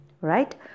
right